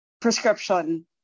prescription